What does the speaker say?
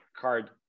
card